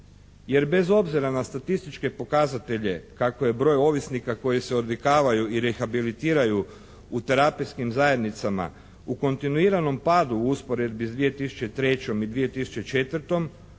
Jer bez obzira na statističke pokazatelje kako je broj ovisnika koji se odvikavaju i rehabilitiraju u terapijskim zajednicama u kontinuiranom padu u usporedbi s 2003. i 2004.